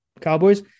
Cowboys